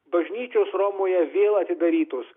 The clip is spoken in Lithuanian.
bažnyčios romoje vėl atidarytos